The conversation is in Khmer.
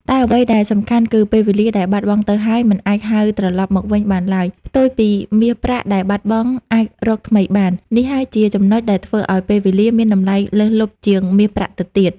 តែអ្វីដែលសំខាន់គឺ ពេលវេលាដែលបាត់បង់ទៅហើយ មិនអាចហៅត្រឡប់មកវិញបានឡើយ ផ្ទុយពីមាសប្រាក់ដែលបាត់បង់អាចរកថ្មីបាន នេះហើយជាចំណុចដែលធ្វើឲ្យពេលវេលាមានតម្លៃលើសលប់ជាងមាសប្រាក់ទៅទៀត។